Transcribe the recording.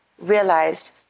realized